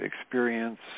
experience